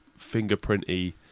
fingerprinty